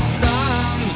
sun